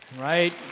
right